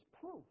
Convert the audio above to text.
proof